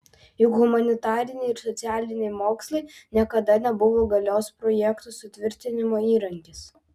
juk humanitariniai ir socialiniai mokslai niekada nebuvo galios projekto sutvirtinimo įrankis